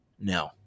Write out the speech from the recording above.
no